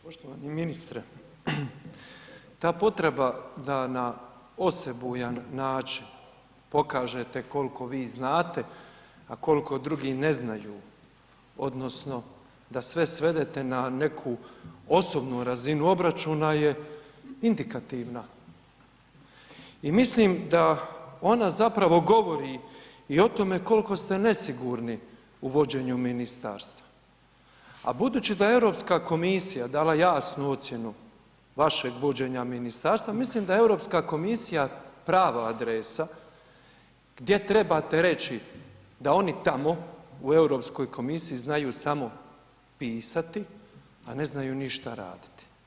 Poštovani ministre, ta potreba da na osebujan način pokažete kolko vi znate, a kolko drugi ne znaju odnosno da sve svedete na neku osobnu razinu obračuna je indikativna i mislim da ona zapravo govori i o tome kolko ste nesigurni u vođenju ministarstva, a budući da je Europska komisija dala jasnu ocjenu vašeg vođenja ministarstva, mislim da je Europska komisija prava adresa gdje trebate reći da oni tamo u Europskoj komisiji znaju samo pisati, a ne znaju ništa raditi.